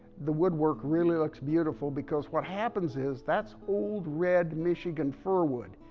the woodwork really looks beautiful. because, what happens is that's old red michigan fir wood.